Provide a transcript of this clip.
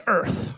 Earth